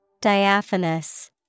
Diaphanous